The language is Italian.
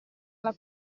alla